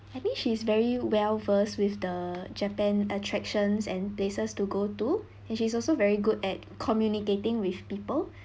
I think she's very well versed with the japan attractions and places to go to and she's also very good at communicating with people